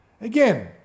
Again